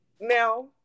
now –